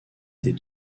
des